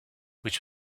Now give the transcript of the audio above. which